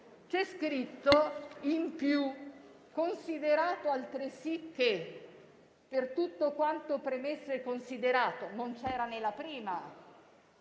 c'è scritto in più: «Considerato altresì che, per tutto quanto premesso e considerato,» - non c'era nella prima